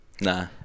nah